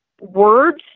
words